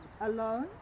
Alone